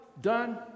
done